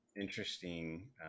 interesting